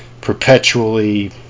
perpetually